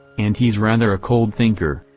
and he's rather a cold thinker,